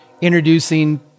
introducing